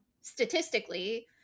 statistically